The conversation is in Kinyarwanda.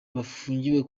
bafungiwe